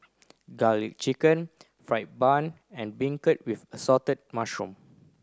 garlic chicken fried bun and beancurd with assorted mushroom